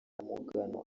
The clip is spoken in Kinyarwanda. mugano